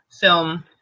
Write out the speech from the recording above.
film